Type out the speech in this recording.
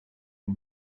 une